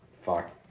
Fuck